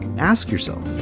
ask yourself.